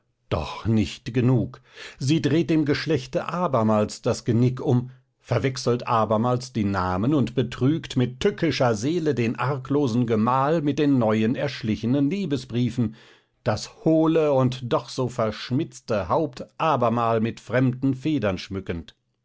doch nicht genug sie dreht dem geschlechte abermals das genick um verwechselt abermals die namen und betrügt mit tückischer seele den arglosen gemahl mit den neuen erschlichenen liebesbriefen das hohle und doch so verschmitzte haupt abermal mit fremden federn schmückend